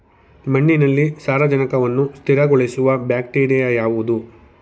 ಮಣ್ಣಿನಲ್ಲಿ ಸಾರಜನಕವನ್ನು ಸ್ಥಿರಗೊಳಿಸುವ ಬ್ಯಾಕ್ಟೀರಿಯಾ ಯಾವುದು?